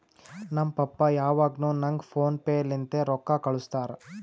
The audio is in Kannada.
ನಮ್ ಪಪ್ಪಾ ಯಾವಾಗ್ನು ನಂಗ್ ಫೋನ್ ಪೇ ಲಿಂತೆ ರೊಕ್ಕಾ ಕಳ್ಸುತ್ತಾರ್